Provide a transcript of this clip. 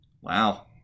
Wow